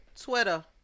Twitter